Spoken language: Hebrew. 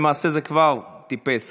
ולמעשה זה כבר טיפס,